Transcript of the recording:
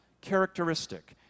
characteristic